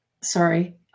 sorry